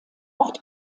ort